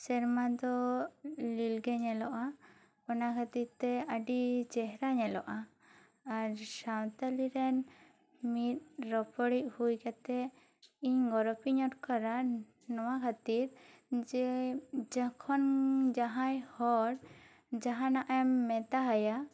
ᱥᱮᱨᱢᱟ ᱫᱚ ᱞᱤᱞ ᱜᱮ ᱧᱮᱞᱚᱜᱼᱟ ᱚᱱᱟ ᱠᱷᱟᱹᱛᱤᱨ ᱛᱮ ᱟᱹᱰᱤ ᱪᱮᱦᱨᱟ ᱧᱮᱞᱚᱜᱼᱟ ᱟᱨ ᱥᱟᱱᱛᱟᱲᱤ ᱨᱮᱱ ᱢᱤᱫ ᱨᱚᱯᱚᱲᱤᱡ ᱦᱩᱭ ᱠᱟᱛᱮᱜ ᱤᱧ ᱜᱚᱨᱚᱵᱤᱧ ᱟᱴᱠᱟᱨᱟ ᱱᱚᱣᱟ ᱠᱷᱟᱹᱛᱤᱨ ᱡᱮ ᱡᱚᱠᱷᱚᱱ ᱡᱟᱦᱟᱸᱭ ᱦᱚᱲ ᱡᱟᱦᱟᱱᱟᱜᱮᱢ ᱢᱮᱛᱟᱦᱟᱭᱟ